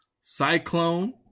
Cyclone